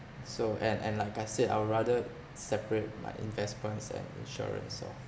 so and and like I said would rather separate my investments and insurance lor